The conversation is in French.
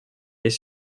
est